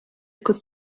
could